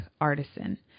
artisan